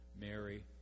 Mary